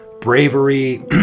bravery